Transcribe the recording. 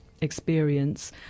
experience